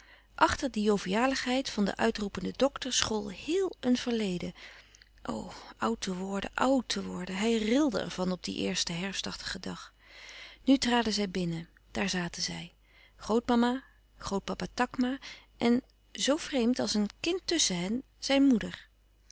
achter de jovialigheid van den uitroependen dokter school héel een verleden o oud te worden oud te worden hij rilde ervan op dien eersten herfstachtigen dag nu traden zij binnen daar zaten zij grootmama grootpapa takma en zoo vreemd als een kind tusschen hen zijn moeder